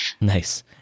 Nice